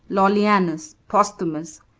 lollianus, posthumus,